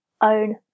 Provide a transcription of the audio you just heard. own